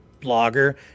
blogger